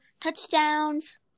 Touchdowns